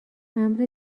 امر